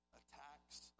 attacks